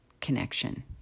connection